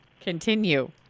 continue